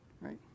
right